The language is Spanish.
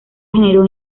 generó